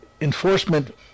enforcement